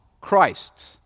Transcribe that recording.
Christ